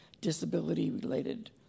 disability-related